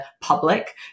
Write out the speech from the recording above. public